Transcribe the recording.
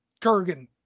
Kurgan